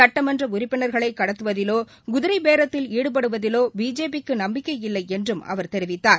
சட்டமன்றஉறுப்பினர்களைகடத்துவதிலோ குதிரபேரத்தில் ஈடுபடுவதிலோபிஜேபிக்குநம்பிக்கை இல்லைஎன்றும் அவர் தெரிவித்தார்